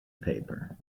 paper